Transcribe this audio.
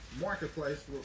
Marketplace